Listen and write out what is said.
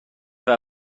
وفا